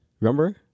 Remember